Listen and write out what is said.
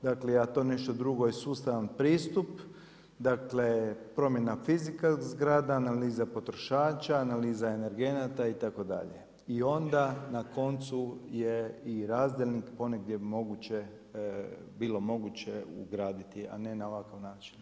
Dakle a to nešto drugo je sustavan pristup, promjena fizika zgrada, analiza potrošača, analiza energenata itd. i onda na koncu je i razdjelnik ponegdje bilo moguće ugraditi, a ne na ovakav način.